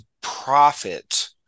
profit